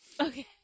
Okay